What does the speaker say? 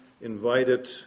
invited